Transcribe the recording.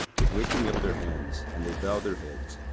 with lifting up their hands and they bowed their heads,